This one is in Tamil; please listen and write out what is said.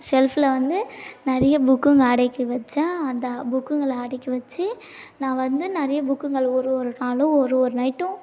ஷெல்ஃபில் வந்து நிறைய புக்குங்கள் அடுக்கி வெச்சேன் அந்த புக்குங்களை அடுக்கி வச்சு நான் வந்து நிறைய புக்குங்கள் ஒரு ஒரு நாளும் ஒரு ஒரு நைட்டும்